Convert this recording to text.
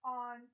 on